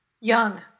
young